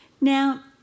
Now